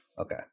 Okay